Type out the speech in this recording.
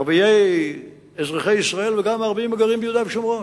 ערבים אזרחי ישראל וגם הערבים הגרים ביהודה ושומרון.